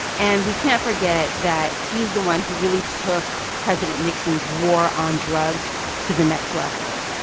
and we can't forget that he's the one who really took president nixon's war on drugs to the next level.